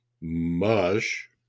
mush